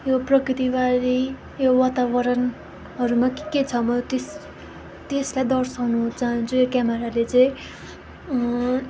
यो प्रकृतिबारे यो वातावरणहरूमा के के छ म त्यस त्यसलाई दर्साउनु चाहन्छु यो क्यामराले चाहिँ